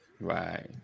right